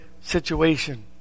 situation